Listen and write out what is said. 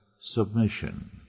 submission